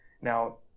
Now